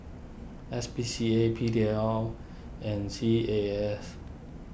S P C A P D L and C A A S